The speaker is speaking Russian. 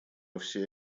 всей